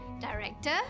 Director